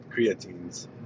creatines